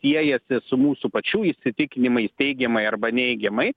siejasi su mūsų pačių įsitikinimais teigiamai arba neigiamai